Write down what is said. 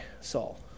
Saul